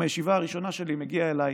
אם בישיבה הראשונה שלי מגיע אליי